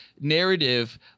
narrative